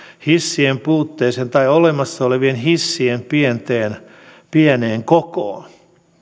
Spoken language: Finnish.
hissien puutteeseen tai olemassa olevien hissien pieneen kokoon